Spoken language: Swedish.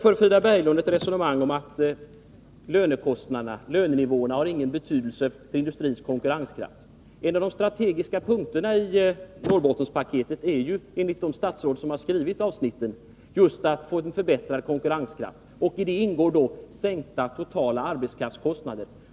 Frida Berglund för ett resonemang om att lönenivåerna inte har någon betydelse för industrins konkurrenskraft. En av de strategiska punkterna i Norrbottenspaketet är ju, enligt de statsråd som skrivit avsnittet, just en förbättring av konkurrenskraften. I det ingår sänkta totala arbetskraftskostnader.